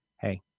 Hey